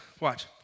Watch